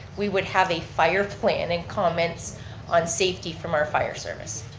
we would have a fire plan and comments on safety from our fire service.